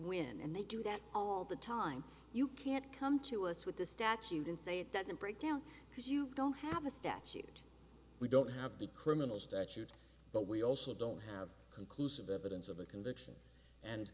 win and they do that all the time you can't come to us with the statute and say it doesn't break down because you don't have a statute we don't have the criminal statute but we also don't have conclusive evidence of a conviction and